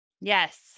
Yes